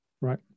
right